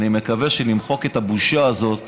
אני מקווה שנמחק את הבושה הזאת